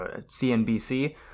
CNBC